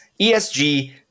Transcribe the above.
ESG